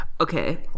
Okay